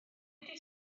ydy